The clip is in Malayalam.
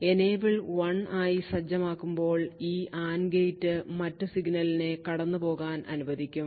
Enable 1 ആയി സജ്ജമാക്കുമ്പോൾ ഈ AND ഗേറ്റ് മറ്റ് സിഗ്നലിനെ കടന്നുപോവാൻ അനുവദിക്കും